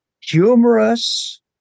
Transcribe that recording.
humorous